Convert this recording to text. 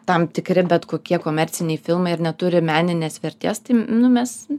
tam tikri bet kokie komerciniai filmai ir neturi meninės vertės tai nu mes